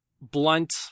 blunt